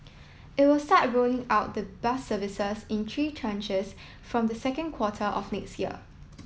it will start rolling out the bus services in three tranches from the second quarter of next year